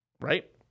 Right